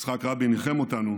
יצחק רבין ניחם אותנו